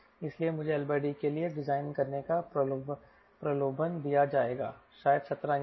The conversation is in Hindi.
इसलिए मुझे LD के लिए डिजाइन करने का प्रलोभन दिया जाएगा शायद 17 या 18